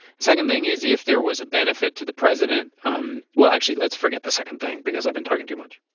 second thing is if there was a benefit to the president um well actually let's forget the second thing because i've been talking too much